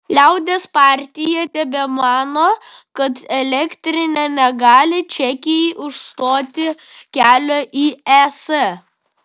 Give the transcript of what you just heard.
liaudies partija tebemano kad elektrinė negali čekijai užstoti kelio į es